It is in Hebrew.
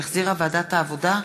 שהחזירה ועדת העבודה,